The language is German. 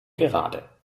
gerade